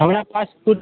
हमरा fast food